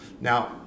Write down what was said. now